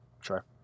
sure